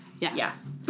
yes